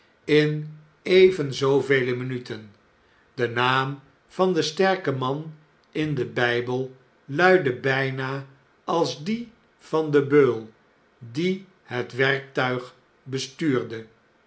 in even zoovele minuten de naam van den sterken man in den bh'bel luidde buna als die van den beul die het werktuig bestuurde